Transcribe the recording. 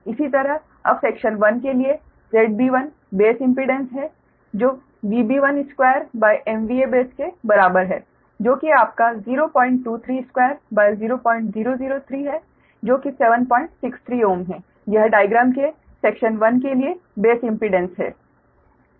इसी तरह अब सेक्शन 1 के लिए ZB1 बेस इम्पीडेंस है जो VB12 base के बराबर है जो कि आपका 0232 0003 है जो कि 763 Ω है यह डाइग्राम के सेक्शन 1 के लिए बेस इम्पीडेंस है